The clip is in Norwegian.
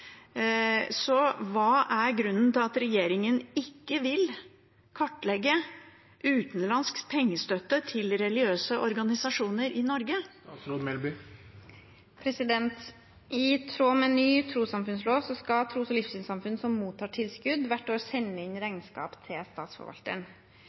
regjeringen ikke vil kartlegge utenlandsk pengestøtte til religiøse organisasjoner i Norge? I tråd med ny trossamfunnslov skal tros- og livssynssamfunn som mottar tilskudd, hvert år sende inn